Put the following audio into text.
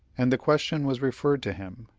and the question was referred to him.